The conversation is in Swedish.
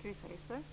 Fru talman!